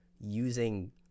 using